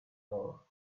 flour